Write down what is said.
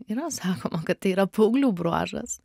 yra sakoma kad tai yra paauglių bruožas